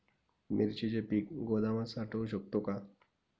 मिरचीचे पीक गोदामात साठवू शकतो का?